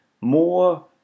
more